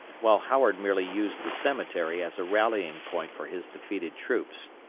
while howard merely used the cemetery as a rallying point for his defeated troops.